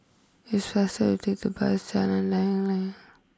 it's faster to take the bus to Jalan Layang Layang